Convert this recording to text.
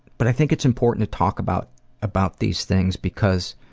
but i think it's important to talk about about these things because